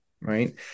right